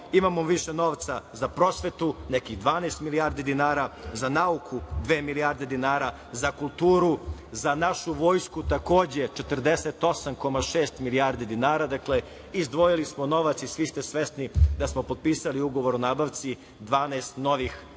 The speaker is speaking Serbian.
delo. Imamo više novca za prosvetu, nekih 12 milijardi dinara, za nauku dve milijarde dinara, za kulturu.Za našu vojsku takođe 48,6 milijardi dinara. Dakle, izdvojili smo novac i svi ste svesni da smo potpisali ugovor o nabavci 12 novih modernih